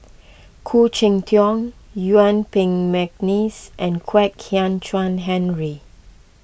Khoo Cheng Tiong Yuen Peng McNeice and Kwek Hian Chuan Henry